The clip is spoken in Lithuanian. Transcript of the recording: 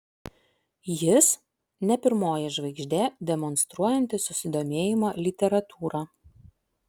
jis ne pirmoji žvaigždė demonstruojanti susidomėjimą literatūra